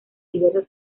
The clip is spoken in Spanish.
diversos